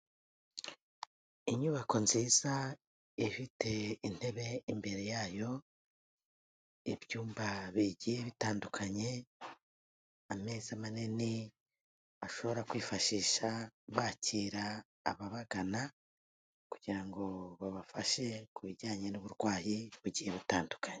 Inyubako nziza, ifite intebe imbere yayo, ibyumba bigiye bitandukanye, ameza manini bashobora kwifashisha bakira ababagana, kugira ngo babafashe ku bijyanye n'uburwayi bugiye butandukanye.